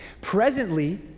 Presently